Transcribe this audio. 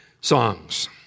songs